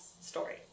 story